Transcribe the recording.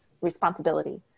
responsibility